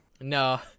No